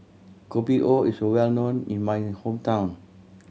Kopi O is well known in my hometown